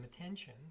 attention